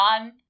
on